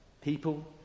People